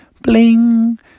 Bling